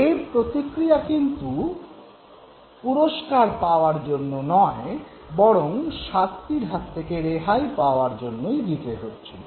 এই প্রতিক্রিয়া কিন্তু পুরস্কার পাওয়ার জন্যে নয় বরং শাস্তির হাত থেকে রেহাই পাওয়ার জন্য দিতে হচ্ছিল